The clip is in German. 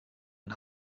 und